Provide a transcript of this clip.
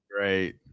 Great